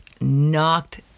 knocked